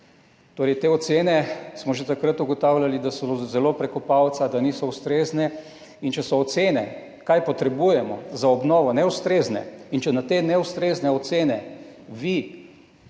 te ocene smo takrat že ugotavljali, da so zelo čez palec, da niso ustrezne in če so ocene, kaj potrebujemo za obnovo, neustrezne in če na te neustrezne ocene vi